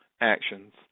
actions